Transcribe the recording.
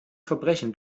verbrechen